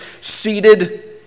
seated